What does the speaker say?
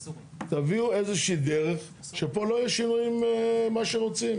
תביאו איזה שהיא דרך שפה לא יהיו שינויים מה שרוצים,